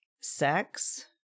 sex